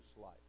life